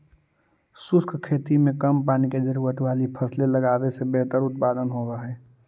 शुष्क खेती में कम पानी की जरूरत वाली फसलें लगावे से बेहतर उत्पादन होव हई